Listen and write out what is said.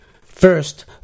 First